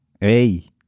Hey